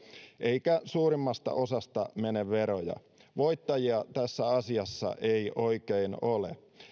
eikä suurimmasta osasta mene veroja voittajia tässä asiassa ei oikein ole